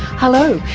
hello,